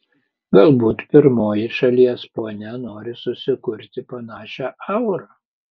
galbūt pirmoji šalies ponia nori susikurti panašią aurą